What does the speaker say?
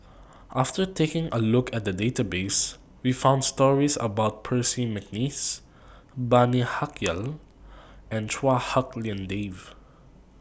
after taking A Look At The Database We found stories about Percy Mcneice Bani Haykal and Chua Hak Lien Dave